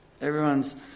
Everyone's